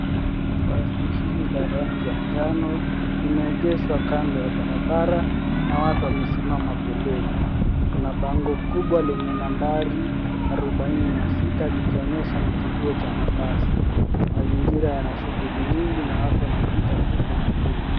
Basi hili la rangi ya njano limeegeshwa kando ya barabara na watu wamesimama pembeni. Kuna bango kubwa lenye nambari arobaini na sita likionyesha ni kituo cha mabasi. Mazingira yana shughuli nyingi na watu wanapita huku na kule.